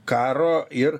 karo ir